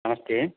नमस्ते